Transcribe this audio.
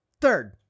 Third